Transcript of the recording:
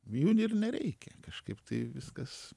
jų ir nereikia kažkaip tai viskas